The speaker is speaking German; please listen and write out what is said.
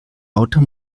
lauter